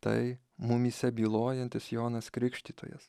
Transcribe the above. tai mumyse bylojantys jonas krikštytojas